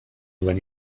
duen